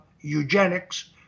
eugenics